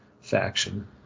faction